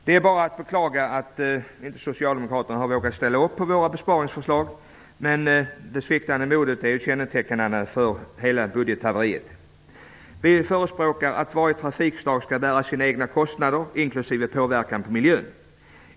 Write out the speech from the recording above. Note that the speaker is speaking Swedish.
Det är bara att beklaga att Socialdemokraterna inte har vågat ställa upp på våra besparingsförslag, men det sviktande modet är ju kännetecknande för hela budgethaveriet. Vi förespråkar att varje trafikslag skall bära sina egna kostnader, inklusive påverkan på miljön.